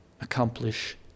accomplish